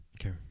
Okay